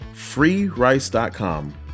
Freerice.com